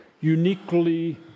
uniquely